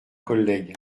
collègue